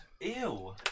Ew